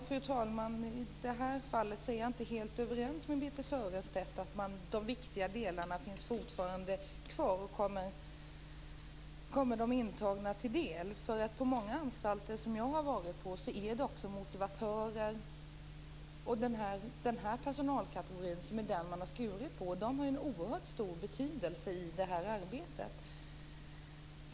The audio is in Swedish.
Fru talman! I det här fallet är jag inte helt överens med Birthe Sörestedt om att de viktiga delarna fortfarande finns kvar och kommer de intagna till del. På många anstalter som jag har varit på är det motivatörer och den personalkategorin som man har skurit ned på. De har en oerhört stor betydelse i det här arbetet.